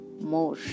more